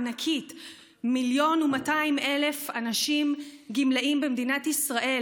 ענקית: מיליון ו-200,000 גמלאים במדינת ישראל,